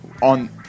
on